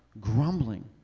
grumbling